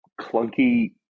clunky